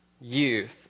youth